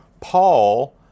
Paul